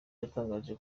yatangaje